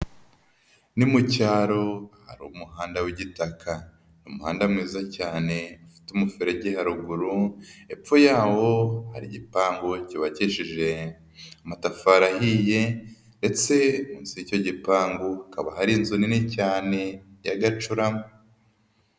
Ni mu cyaro ahari umuhanda w'igitaka, ni umuhanda mwiza cyane ufite umuferege haruguru hepfo yawo hari igipangu cyubakisheje amatafari ahiye ndetse epfo y'icyo gipangu hakaba hari inzu nini cyane y'agacurama.